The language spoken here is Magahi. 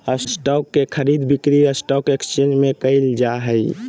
स्टॉक के खरीद बिक्री स्टॉक एकसचेंज में क़इल जा हइ